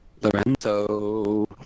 Lorenzo